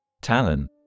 Talon